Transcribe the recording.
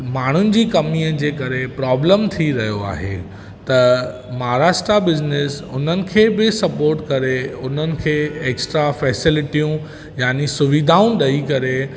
माण्हुनि जी कमीअ जे करे प्रोबलम थी रहियो आहे त महाराष्ट्र बिज़नेस उन्हनि खे बि सपोर्ट करे उन्हनि खे ऐक्स्ट्रा फैसिलीटियूं यानी सुविधाऊं ॾेई करे